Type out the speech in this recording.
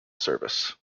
service